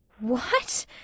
What